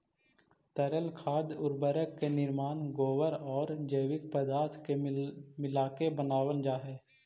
तरल खाद उर्वरक के निर्माण गोबर औउर जैविक पदार्थ के मिलाके बनावल जा हई